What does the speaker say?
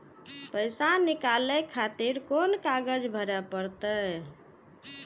पैसा नीकाले खातिर कोन कागज भरे परतें?